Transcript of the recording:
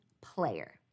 player